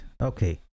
Okay